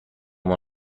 شما